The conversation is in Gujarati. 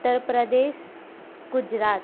ઉત્તરપ્રદેશ ગુજરાત